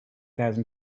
thousand